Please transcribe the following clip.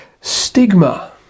stigma